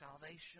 salvation